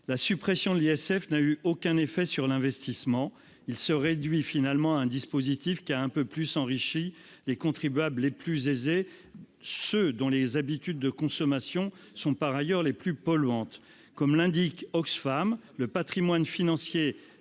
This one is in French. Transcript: La suppression de l'ISF n'a eu aucun effet sur l'investissement. Cette mesure s'est finalement réduite à la mise en place d'un dispositif qui a un peu plus enrichi les contribuables les plus aisés, ceux dont les habitudes de consommation sont par ailleurs les plus polluantes. Comme l'indique Oxfam, le patrimoine financier